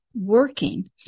working